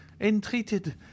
entreated